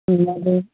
ᱚᱱᱟ ᱫᱚ